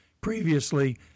previously